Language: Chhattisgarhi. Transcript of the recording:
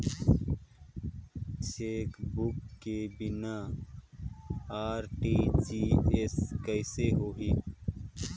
चेकबुक के बिना आर.टी.जी.एस कइसे होही?